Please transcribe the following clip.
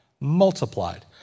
multiplied